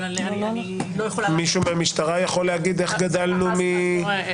אבל אני לא יכולה --- מישהו במשטרה יכול להגיד איך גדלנו מתקופה